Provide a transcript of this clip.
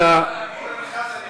אורן חזן יגיב.